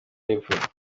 y’epfo